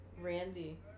Randy